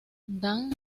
dan